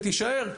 יישאר.